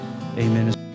amen